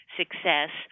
success